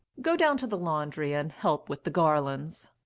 go down to the laundry, and help with the garlands.